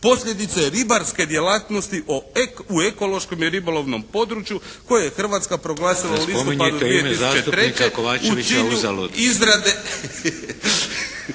posljedica je ribarske djelatnosti u ekološkom i ribolovnom području koje je Hrvatska proglasila... **Šeks, Vladimir